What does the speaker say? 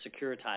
securitized